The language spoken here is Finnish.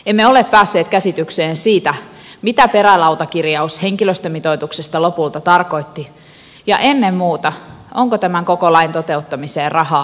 emme ole päässeet käsitykseen siitä mitä perälautakirjaus henkilöstömitoituksesta lopulta tarkoitti ja ennen muuta onko tämän koko lain toteuttamiseen rahaa